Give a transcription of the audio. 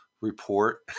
report